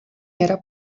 era